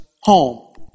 home